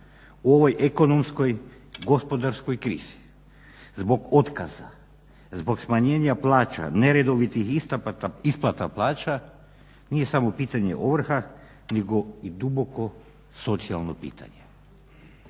u ovoj ekonomskoj, gospodarskoj krizi zbog otkaza, zbog smanjenja plaća, neredovitih isplata plaća nije samo pitanje ovrha nego i duboko socijalno pitanje.